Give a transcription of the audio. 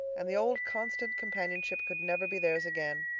and the old constant companionship could never be theirs again.